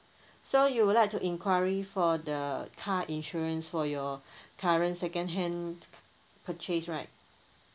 so you would like to enquiry for the car insurance for your current second hand purchase right